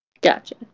Gotcha